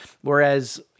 Whereas